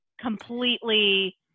completely